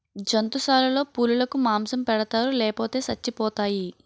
జంతుశాలలో పులులకు మాంసం పెడతారు లేపోతే సచ్చిపోతాయి